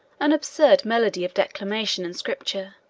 an absurd medley of declamation and scripture.